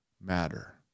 matter